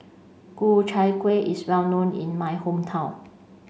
Ku Chai Kuih is well known in my hometown